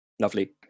Lovely